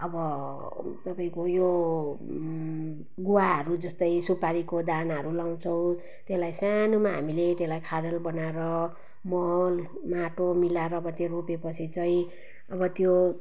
अब तपाईँको यो गुवाहरू जस्तै सुपारीको दानाहरू लगाउँछौँ त्यसलाई सानोमा हामीले त्यसलाई खाडल बनाएर मल माटो मिलाएर अब त्यो रोपेपछि चाहिँ अब त्यो